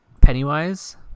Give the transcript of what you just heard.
pennywise